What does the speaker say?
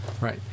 Right